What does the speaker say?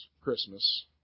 Christmas